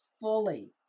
fully